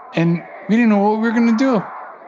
and we didn't know what we were going to do.